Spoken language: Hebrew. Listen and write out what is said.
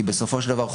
כי בסופו של דבר,